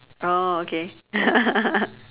oh okay